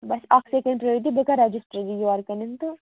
بس اکھ سیٚکنٛڈ پرٛٲرِو تُہۍ بہٕ کَرٕ رَجسٹرری یورکُن تہٕ